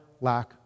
lack